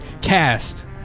cast